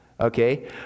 okay